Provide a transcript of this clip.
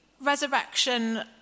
resurrection